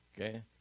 okay